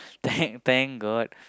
thank thank god